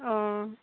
অঁ